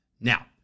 Now